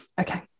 Okay